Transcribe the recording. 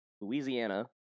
Louisiana